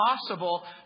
possible